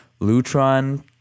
Lutron